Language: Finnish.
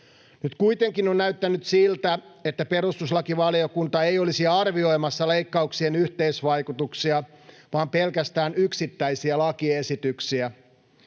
Nyt kuitenkin on näyttänyt siltä, että perustuslakivaliokunta ei olisi arvioimassa leikkauksien yhteisvaikutuksia vaan pelkästään yksittäisiä lakiesityksiä.